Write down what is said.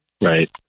Right